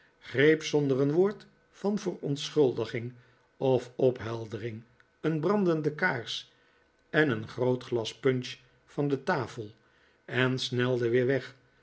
greep zonder een woord van verontschuldiging of opheldering een brandende kaars en een groot glas punch van de tafel en snelde weer weg